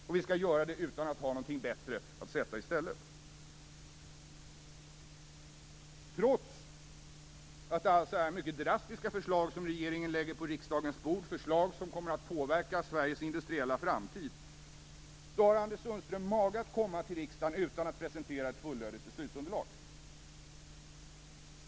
Och vi skall göra det utan att ha någonting bättre att sätta i stället. Trots att det alltså är mycket drastiska förslag som regeringen lägger på riksdagens bord - förslag som kommer att påverka Sveriges industriella framtid - har Anders Sundström mage att komma till riksdagen utan att presentera ett fullödigt beslutsunderlag.